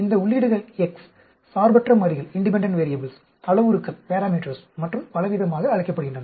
இந்த உள்ளீடுகள் x சார்பற்ற மாறிகள் அளவுருக்கள் மற்றும் பலவிதமாக அழைக்கப்படுகின்றன